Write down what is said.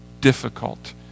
difficult